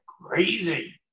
crazy